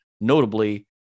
notably